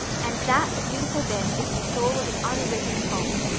and that beautiful bit is the soul of an unwritten poem.